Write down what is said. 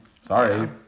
sorry